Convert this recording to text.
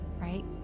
right